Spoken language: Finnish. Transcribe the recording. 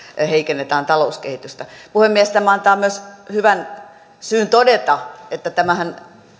heikennetään talouskehitystä puhemies tämä antaa myös hyvän syyn todeta että tämähän